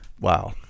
Wow